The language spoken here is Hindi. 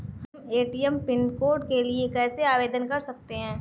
हम ए.टी.एम पिन कोड के लिए कैसे आवेदन कर सकते हैं?